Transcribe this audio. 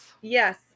Yes